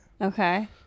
okay